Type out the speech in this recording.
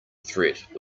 threat